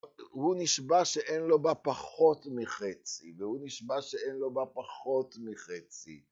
הוא נשבע שאין לו בה פחות מחצי והוא נשבע שאין לו בה פחות מחצי